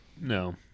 No